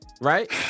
right